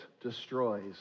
destroys